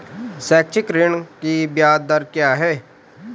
शैक्षिक ऋण की ब्याज दर क्या है?